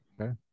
Okay